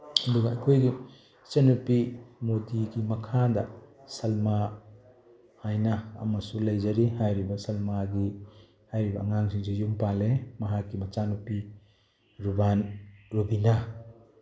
ꯑꯗꯨꯒ ꯑꯩꯈꯣꯏꯒꯤ ꯏꯆꯟꯅꯨꯄꯤ ꯃꯣꯗꯤꯒꯤ ꯃꯈꯥꯗ ꯁꯜꯃꯥ ꯍꯥꯏꯅ ꯑꯃꯁꯨ ꯂꯩꯖꯔꯤ ꯍꯥꯏꯔꯤꯕ ꯁꯜꯃꯥꯒꯤ ꯍꯥꯏꯔꯤꯕ ꯑꯉꯥꯡꯁꯤꯁꯤꯁꯨ ꯌꯨꯝ ꯄꯥꯜꯂꯦ ꯃꯍꯥꯛꯀꯤ ꯃꯆꯥꯅꯨꯄꯤ ꯔꯨꯕꯥꯟ ꯔꯨꯕꯤꯅꯥ